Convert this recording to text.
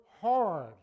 hard